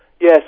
Yes